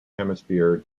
hemisphere